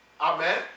Amen